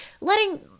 letting